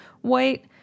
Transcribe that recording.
white